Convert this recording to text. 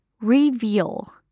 reveal